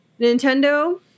nintendo